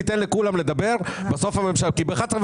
אני אתן לכולם לדבר ובסוף הממשלה לא תדבר בכלל.